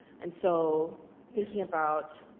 and so thinking about